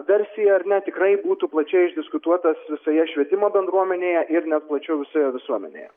versiją ar net tikrai būtų plačiai išdiskutuotas visoje švietimo bendruomenėje ir net plačiau visoje visuomenėje